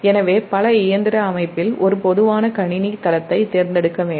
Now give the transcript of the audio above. எனவே பல இயந்திர அமைப்பில் ஒரு பொதுவான கணினி தளத்தைத் தேர்ந்தெடுக்க வேண்டும்